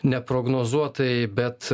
neprognozuotai bet